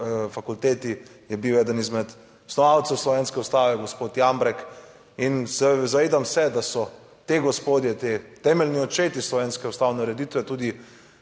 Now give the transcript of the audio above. fakulteti je bil eden izmed snovalcev slovenske ustave gospod Jambrek in zavedam se, da so ti gospodje, ti temeljni očetje slovenske ustavne ureditve, tudi